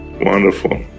Wonderful